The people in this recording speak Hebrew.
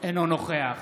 אינו נוכח